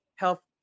health